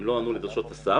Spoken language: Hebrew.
מועמדים שלא ענו לדרישות הסף.